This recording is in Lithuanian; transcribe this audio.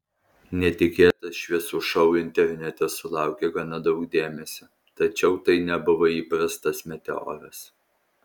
netikėtas šviesų šou internete sulaukė gana daug dėmesio tačiau tai nebuvo įprastas meteoras